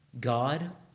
God